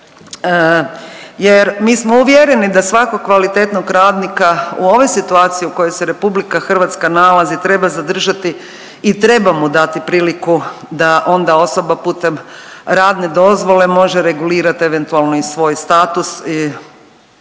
jer mi smo uvjereni da svakog kvalitetnog radnika u ovoj situaciji u kojoj se RH nalazi treba zadržati i treba mu dati priliku da onda osoba putem radne dozvole može regulirat eventualno i svoj status